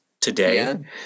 today